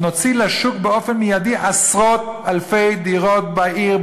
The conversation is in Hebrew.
אנחנו נוציא לשוק באופן מיידי עשרות-אלפי דירות בעיר,